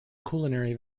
culinary